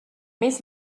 més